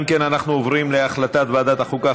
אנחנו עוברים להצעת ועדת החוקה,